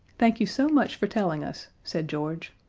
thank you so much for telling us, said george.